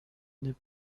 n’est